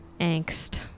angst